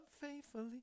faithfully